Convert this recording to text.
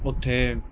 ਉੱਥੇ